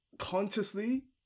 consciously